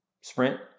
sprint